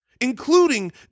including